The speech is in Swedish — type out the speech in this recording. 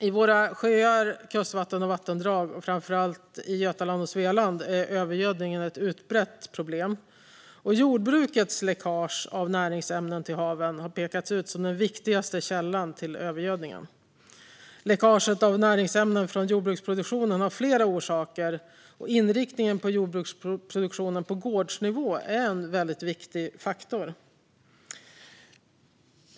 I våra sjöar, kustvatten och vattendrag, framför allt i Götaland och Svealand, är övergödningen ett utbrett problem. Jordbrukets läckage av näringsämnen till haven har pekats ut som den viktigaste källan till övergödningen. Läckaget av näringsämnen från jordbruksproduktionen har flera orsaker. Inriktningen på jordbruksproduktionen på gårdsnivå är en viktig faktor.